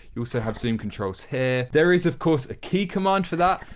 you also have zoom controls here. there is of course a key command for that.